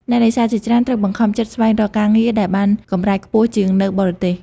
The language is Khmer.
អ្នកនេសាទជាច្រើនត្រូវបង្ខំចិត្តស្វែងរកការងារដែលបានកម្រៃខ្ពស់ជាងនៅបរទេស។